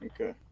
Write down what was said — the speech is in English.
Okay